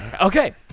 Okay